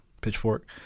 pitchfork